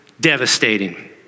devastating